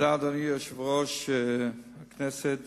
אדוני יושב-ראש הכנסת,